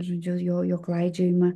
žodžiu jojo klaidžiojimą